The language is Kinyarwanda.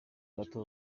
gato